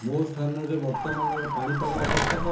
ମୋ ସ୍ଥାନରେ ବର୍ତ୍ତମାନର ପାଣିପାଗ ଅବସ୍ଥା କ'ଣ